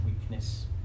weakness